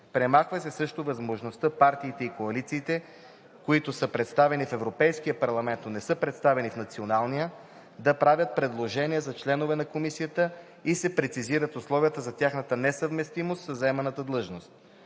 Премахва се също възможността партиите и коалициите, които са представени в Европейския парламент, но не са представени в националния, да правят предложения за членове на комисията и се прецизират условията за тяхната несъвместимост със заеманата длъжност.